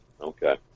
okay